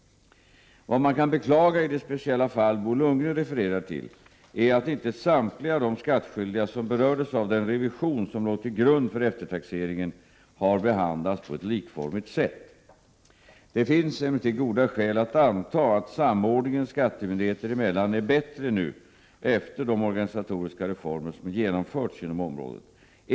Vad man kan beklaga i det speciella fall Bo Lundgren refererar till är att inte samtliga de skattskyldiga som berördes av den revision som låg till grund för eftertaxeringen har behandlats på ett likformigt sätt. Det finns emellertid goda skäl att anta att samordningen skattemyndigheter emellan är bättre nu efter de organisatoriska reformer som genomförts inom området.